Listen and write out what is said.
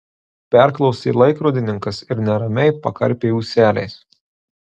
perklausė laikrodininkas ir neramiai pakarpė ūseliais